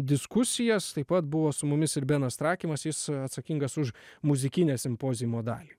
diskusijas taip pat buvo su mumis ir benas trakimas jis atsakingas už muzikinę simpoziumo dalį